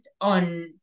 on